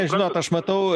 žinot aš matau